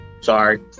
Sorry